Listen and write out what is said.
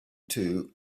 two